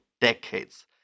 decades